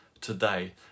today